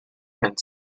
and